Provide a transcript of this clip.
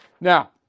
Now